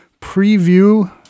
preview